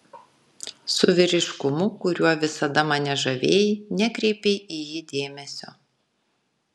su vyriškumu kuriuo visada mane žavėjai nekreipei į jį dėmesio